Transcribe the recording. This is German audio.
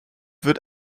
wird